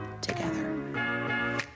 together